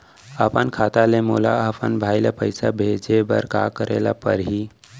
अपन खाता ले मोला अपन भाई ल पइसा भेजे बर का करे ल परही?